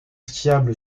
skiable